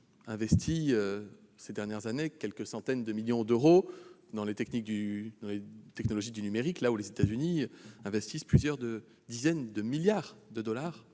investi, ces dernières années, quelques centaines de millions d'euros par an dans les technologies du numérique, là où les États-Unis investissaient plusieurs dizaines de milliards de dollars